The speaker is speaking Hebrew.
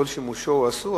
אם כל שימושו אסור,